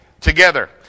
together